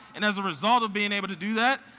and as a result of being able to do that,